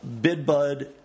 BidBud